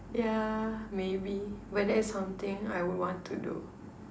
yeah maybe but that is something I would want to do